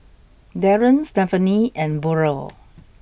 Darren Stefanie and Burrell